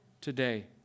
today